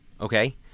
Okay